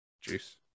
juice